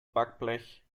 backblech